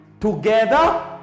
together